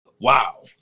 Wow